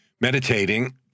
meditating